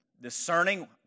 discerning